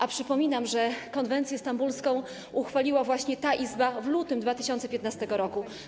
A przypominam, że konwencję stambulską uchwaliła właśnie ta Izba w lutym 2015 r.